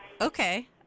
okay